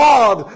God